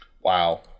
Wow